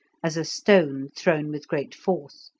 as a stone thrown with great force.